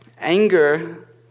anger